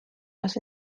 was